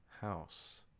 house